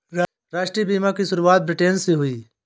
राष्ट्रीय बीमा की शुरुआत ब्रिटैन से हुई